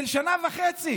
של שנה וחצי